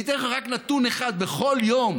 אני אתן לך רק נתון אחד: בכל יום